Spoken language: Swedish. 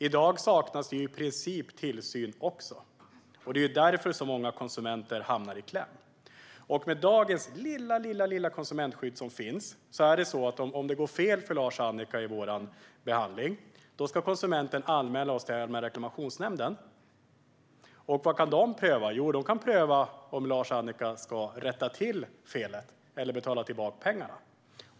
I dag saknas det i princip också tillsyn. Det är därför som så många konsumenter hamnar i kläm. Med det lilla konsumentskydd som finns i dag ska konsumenten anmäla Lars och Annika till Allmänna reklamationsnämnden. Vad kan de pröva? Jo, de kan pröva om Lars och Annika ska rätta till felet eller betala tillbaka pengarna.